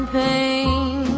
pain